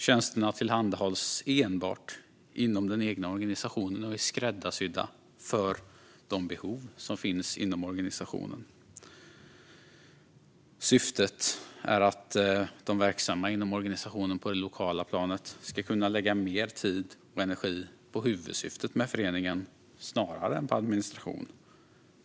Tjänsterna tillhandahålls enbart inom den egna organisationen och är skräddarsydda för de behov som finns inom organisationen. Syftet är att de som är verksamma inom organisationen på det lokala planet ska kunna lägga tid och energi på föreningens huvudsyfte snarare än på administration.